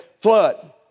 flood